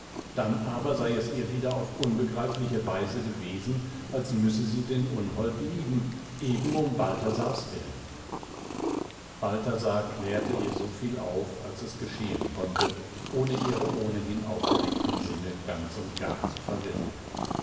dann sei es ihr wieder auf unbegreifliche weise gewesen als müsse sie den unhold lieben eben um balthasars willen balthasar klärte ihr so viel auf als es geschehen konnte ohne ihre ohnehin aufgeregten sinne ganz und gar zu verwirren